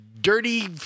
dirty